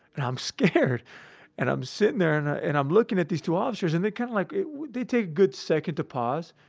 and i'm scared and i'm sitting there and and i'm looking at these two officers and they kind of like, they take good second to pause.